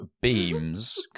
beams